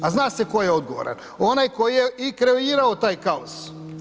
A zna se tko je odgovoran, onaj tko je i kreirao taj kaos.